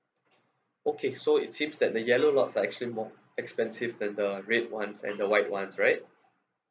okay so it seems that the yellow lots are actually more expensive than the red ones and the white ones right